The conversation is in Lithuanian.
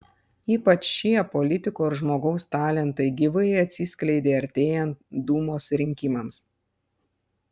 ypač šie politiko ir žmogaus talentai gyvai atsiskleidė artėjant dūmos rinkimams